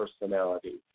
personality